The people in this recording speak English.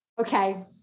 okay